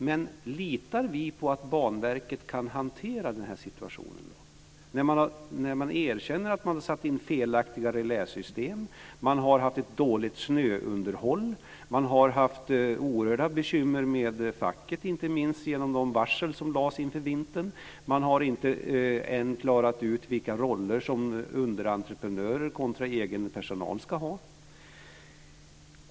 Men litar vi på att Banverket kan hantera situationen, när verket erkänner att man har satt in felaktiga reläsystem, man har haft ett dåligt snöunderhåll, man har haft oerhörda bekymmer med facket inte minst på grund av de varsel som lades fram inför vintern, man har inte klarat ut rollerna mellan underentreprenörer kontra egen personal?